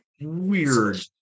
weird